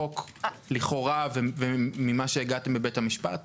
- בעניין הסיוע,